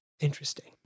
interesting